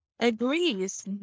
agrees